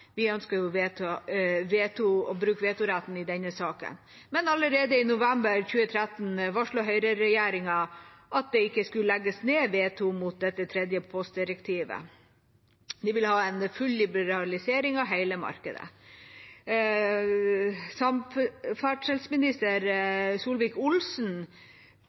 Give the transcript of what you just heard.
Vi ønsket å bruke vetoretten i den saken, men allerede i november 2013 varslet høyreregjeringa at det ikke skulle legges ned veto mot dette tredje postdirektivet. De ville ha en full liberalisering av hele markedet. Daværende samferdselsminister